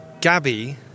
Gabby